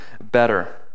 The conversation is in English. better